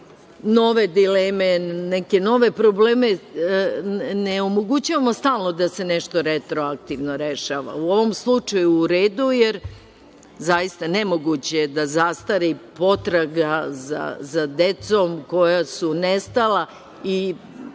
nove dileme, neke nove probleme, ne omogućava stalno da se nešto retroaktivno rešava. U ovom slučaju u redu, jer, zaista, nemoguće je da zastari potraga za decom koja su nestala. To